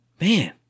man